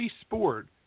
sport